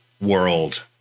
world